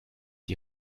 die